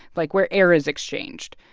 like, where air is exchanged.